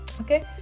okay